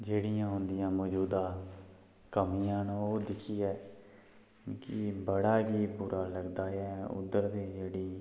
जेह्ड़िया उंदिया मजूदा कमियां न ओह् दिक्खियै मिगी बड़ा गै बुरा लगदा ऐ उद्धर दे जेह्ड़ी